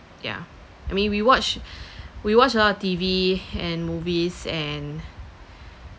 yeah I mean we watch we watch a lot of T_V and movies and